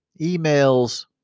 emails